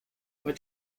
what